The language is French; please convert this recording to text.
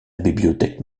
bibliothèque